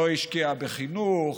לא השקיעה בחינוך,